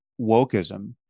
wokeism